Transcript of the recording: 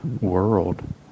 world